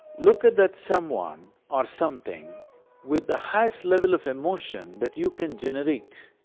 look at that someone or something with the highest level of emotion that you can generate.